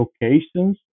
locations